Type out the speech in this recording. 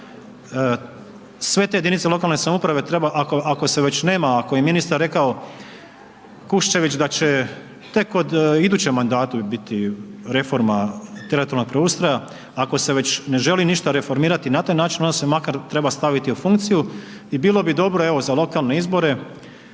sve te jedinice lokalne samouprave treba, ako se već nema, ako je ministar rekao Kuščević da će tek od idućem mandatu biti reforma teritorijalnog preustroja. Ako se već ne želi ništa reformirati na taj način, onda se makar treba staviti u funkciju i bilo bi dobro, evo, za lokalne izbore